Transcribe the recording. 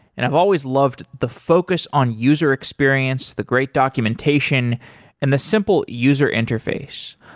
and i've always loved the focus on user experience, the great documentation and the simple user interface.